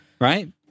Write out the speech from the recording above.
right